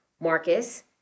Marcus